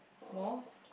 most